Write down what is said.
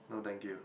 no thank you